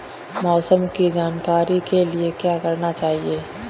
मौसम की जानकारी के लिए क्या करना चाहिए?